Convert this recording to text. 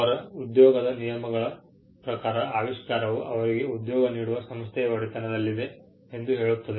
ಅವರ ಉದ್ಯೋಗದ ನಿಯಮಗಳ ಪ್ರಕಾರ ಆವಿಷ್ಕಾರವು ಅವರಿಗೆ ಉದ್ಯೋಗ ನೀಡುವ ಸಂಸ್ಥೆಯ ಒಡೆತನದಲ್ಲಿದೆ ಎಂದು ಹೇಳುತ್ತದೆ